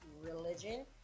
religion